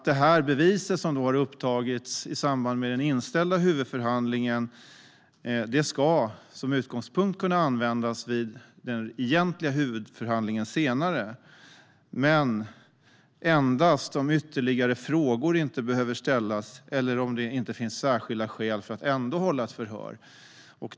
De bevis som har upptagits i samband med den inställda huvudförhandlingen ska som utgångspunkt kunna användas vid den egentliga huvudförhandlingen senare, men endast om ytterligare frågor inte behöver ställas eller om det inte finns särskilda skäl att ändå hålla ett förhör.